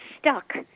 stuck